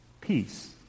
peace